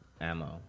ammo